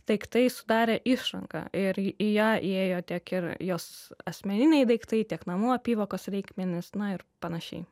daiktai sudarė išranką ir į ją įėjo tiek ir jos asmeniniai daiktai tiek namų apyvokos reikmenys na ir panašiai